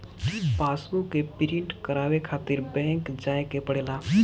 passbook के print करवावे खातिर बैंक जाए के पड़ेला